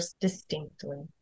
distinctly